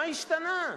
מה השתנה?